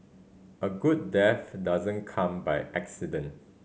a good death doesn't come by accident